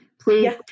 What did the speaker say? please